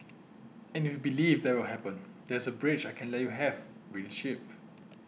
and if you believe that will happen there is a bridge I can let you have really cheap